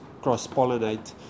cross-pollinate